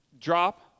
drop